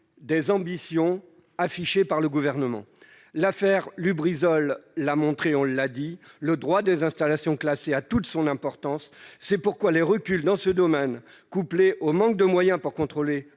des ambitions affichées par le Gouvernement. C'est vrai ! L'affaire Lubrizol l'a montré et on l'a dit : le droit des installations classées a toute son importance, et c'est pourquoi les reculs dans ce domaine, couplés au manque de moyens pour contrôler